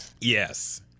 Yes